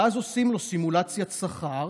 ואז עושים לו סימולציית שכר.